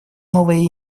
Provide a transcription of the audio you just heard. новое